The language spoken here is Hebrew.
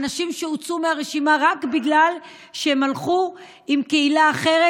אנשים שהוצאו מהרשימה רק בגלל שהם הלכו עם קהילה אחרת,